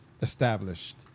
established